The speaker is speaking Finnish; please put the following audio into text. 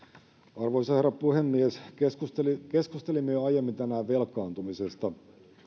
arvoisa herra puhemies keskustelimme jo aiemmin tänään velkaantumisesta